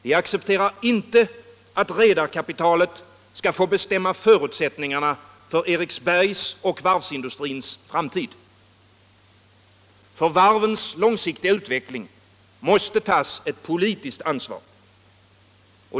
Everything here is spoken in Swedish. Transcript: Vi accepterar inte att redarkapitalet skall få bestämma förutsättningarna för Eriksbergs och varsvindustrins framtid. För varvens långsiktiga utveckling måste tas ett politiskt ansvar.